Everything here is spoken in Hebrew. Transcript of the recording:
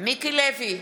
מיקי לוי,